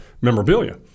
memorabilia